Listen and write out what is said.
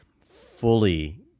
fully